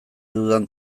dudan